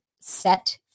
set